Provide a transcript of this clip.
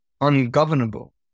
ungovernable